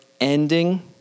ending